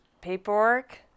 paperwork